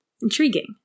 intriguing